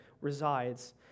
resides